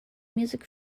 music